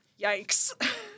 Yikes